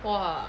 !wah!